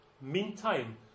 Meantime